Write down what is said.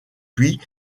puis